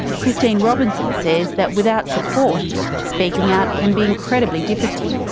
christine robinson says that without support, speaking out can be incredibly difficult.